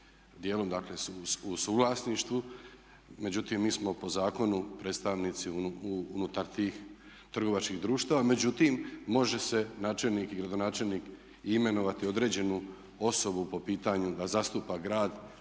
dakle su u suvlasništvu. Međutim, mi smo po zakonu predstavnici unutar tih trgovačkih društava. Međutim, može se načelnik i gradonačelnik i imenovati određenu osobu po pitanju da zastupa grad